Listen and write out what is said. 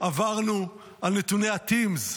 כשעברנו על נתוני ה-TIMSS,